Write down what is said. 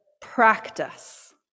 practice